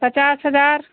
पचास हजार